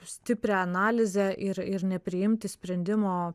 stiprią analizę ir ir nepriimti sprendimo